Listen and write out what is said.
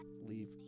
Leave